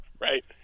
right